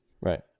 Right